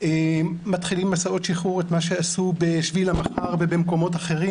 מתחילים במסעות שחרור את מה שעשו ב'שביל המחר' ובמקומות אחרים,